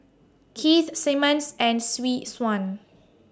Keith Simmons and Swee Suan